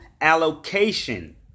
allocation